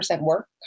work